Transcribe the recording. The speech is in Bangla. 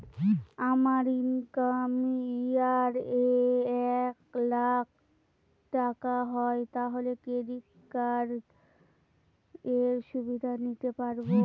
আমার ইনকাম ইয়ার এ এক লাক টাকা হয় তাহলে ক্রেডিট কার্ড এর সুবিধা নিতে পারবো?